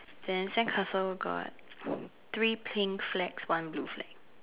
then sandcastle got three pink flags one blue flag